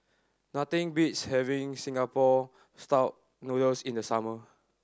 nothing beats having Singapore Style Noodles in the summer